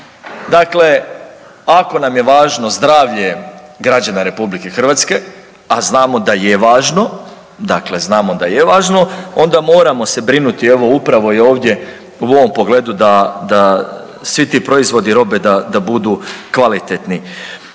Dakle, ako nam je važno zdravlje građana RH a znamo da je važno, dakle znamo da je važno, onda moramo se brinuti evo upravo i ovdje u ovom pogledu da svi ti proizvodi i robe da budu kvalitetni.